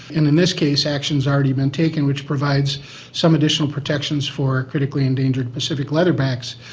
and in this case action has already been taken which provides some additional protections for critically endangered pacific leatherbacks.